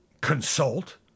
consult